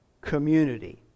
community